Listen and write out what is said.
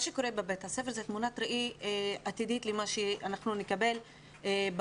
מה שקורה בבתי הספר זה תמונת ראי עתידית למה שאנחנו נקבל באוניברסיטאות.